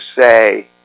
say